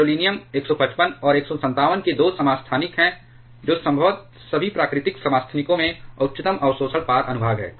gadolinium 155 और 157 के 2 समस्थानिक हैं जो संभवतः सभी प्राकृतिक समस्थानिकों में उच्चतम अवशोषण पार अनुभाग हैं